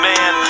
Man